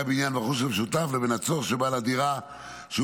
הבניין והרכוש המשותף לבין הצורך של בעל הדירה שהוא